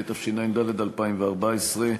התשע"ד 2014,